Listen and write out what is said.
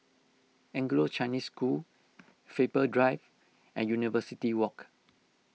Anglo Chinese School Faber Drive and University Walk